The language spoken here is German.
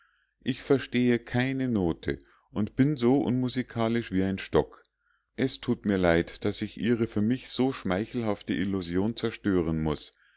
ich verstehe keine note und bin so unmusikalisch wie ein stock es thut mir leid daß ich ihre für mich so schmeichelhafte illusion zerstören muß